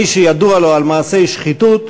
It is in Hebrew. מי שידוע לו על מעשי שחיתות,